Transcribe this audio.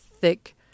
thick